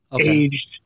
aged